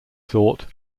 thought